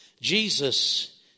Jesus